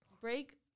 Break